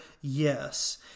Yes